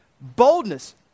boldness